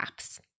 apps